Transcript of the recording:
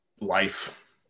life